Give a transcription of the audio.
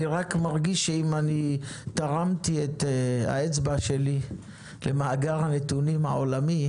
אני רק מרגיש שאם תרמתי את האצבע שלי למאגר הנתונים העולמי